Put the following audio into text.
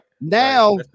Now